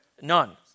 None